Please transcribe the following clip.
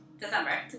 December